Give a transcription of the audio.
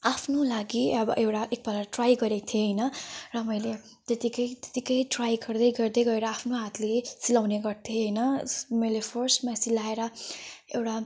आफ्नो लागि अब एउटा एक पल्ट ट्राई गरेको थिएँ होइन र मैले त्यतिकै त्यतिकै ट्राई गर्दै गर्दै गएर आफ्नो हातले सिलाउने गर्थेँ होइन मैले फर्स्टमा सिलाएर एउटा